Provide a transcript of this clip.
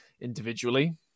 Individually